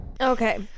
Okay